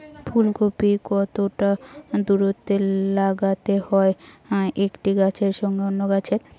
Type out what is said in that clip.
ফুলকপি কতটা দূরত্বে লাগাতে হয় একটি গাছের সঙ্গে অন্য গাছের?